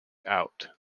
out